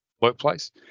workplace